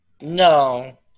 No